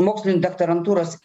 mokslinių daktarantūros